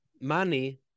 money